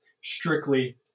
strictly